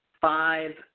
five